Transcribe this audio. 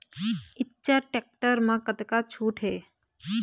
Eicher tractor म कतका छूट हे?